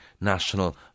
national